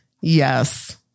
yes